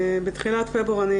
בתחילת פברואר,